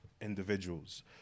individuals